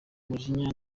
umujinya